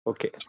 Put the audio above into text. Okay